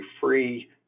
free